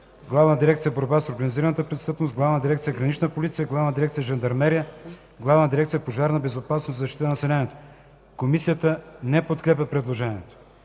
Главна дирекция „Борба с организираната престъпност”; 3. Главна дирекция „Гранична полиция”; 4. Главна дирекция „Жандармерия”; 5. Главна дирекция „Пожарна безопасност и защита на населението”.” Комисията не подкрепя предложението.